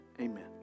amen